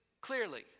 clearly